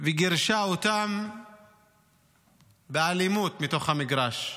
הגיעה וגירשה אותם באלימות מתוך המגרש.